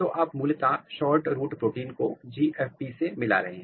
तो आप मूलतः शॉर्ट रूट प्रोटीन को GFP हे मिला रहे हैं